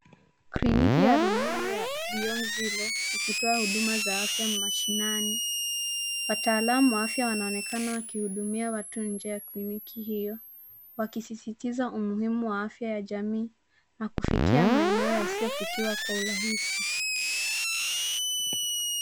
Kliniki ya rununu ya beyond zero ikitoa huduma za afya mashinani. Wataalamu wa afya wanaonekana wakihudumia watu nje ya kliniki hio wakisisitiza umuhimu wa afya ya jamii na kufikia maeneo yasiyofikiwa kwa urahisi.